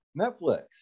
Netflix